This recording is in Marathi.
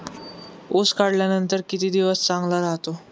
ऊस काढल्यानंतर किती दिवस चांगला राहतो?